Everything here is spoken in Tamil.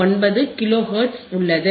59 கிலோ ஹெர்ட்ஸ் உள்ளது